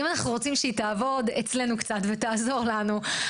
אם אנחנו רוצים שהיא תעבוד אצלנו קצת ותעזור לנו,